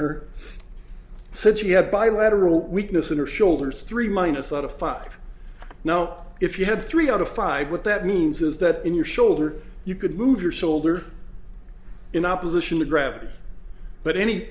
her since she had bilateral weakness in her shoulders three minus out of five now if you had three out of five what that means is that in your shoulder you could move your shoulder in opposition to gravity but any